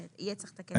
ויהיה צריך לתקן אותו.